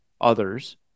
others